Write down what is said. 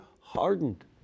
hardened